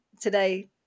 today